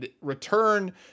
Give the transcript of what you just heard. return